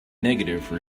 negative